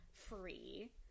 free